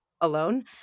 alone